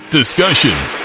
discussions